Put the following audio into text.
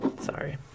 Sorry